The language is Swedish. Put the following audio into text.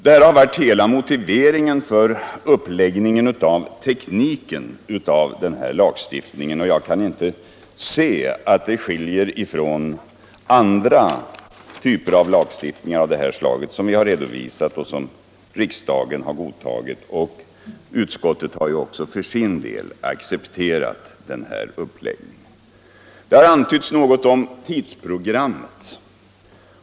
Detta har varit hela motivet för uppläggningen av denna lagstiftning, och jag kan inte se att den skiljer sig ifrån annan lagstiftning av liknande slag som riksdagen har godtagit. Utskottet har också för sin del accepterat uppläggningen av denna lag. Det har sagts en del om tidsprogrammet.